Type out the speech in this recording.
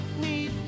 need